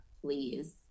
please